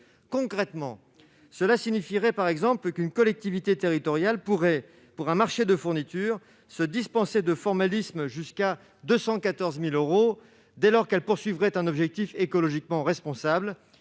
Concrètement, cela signifierait par exemple qu'une collectivité territoriale pourrait, pour un marché de fournitures, se dispenser de formalisme jusqu'à 214 000 euros, dès lors qu'elle viserait un objectif écologiquement responsable.